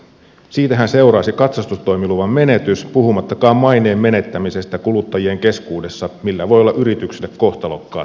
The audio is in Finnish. siitähän seuraisi katsastustoimiluvan menetys puhumattakaan maineen menettämisestä kuluttajien keskuudessa millä voi olla yritykselle kohtalokkaat seuraukset